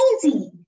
crazy